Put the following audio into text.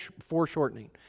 foreshortening